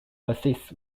assist